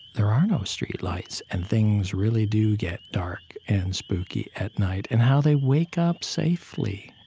there are no streetlights, and things really do get dark and spooky at night, and how they wake up safely,